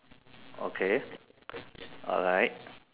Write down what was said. okay alright